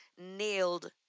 Nailed